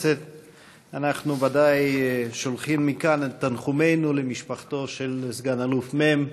אנחנו ודאי שולחים מכאן את תנחומינו למשפחתו של סגן אלוף מ',